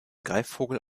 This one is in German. greifvogel